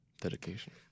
Dedication